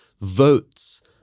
votes